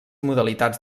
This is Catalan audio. modalitats